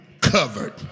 covered